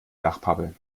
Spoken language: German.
dachpappe